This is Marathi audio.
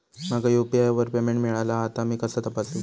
माका यू.पी.आय वर पेमेंट मिळाला हा ता मी कसा तपासू?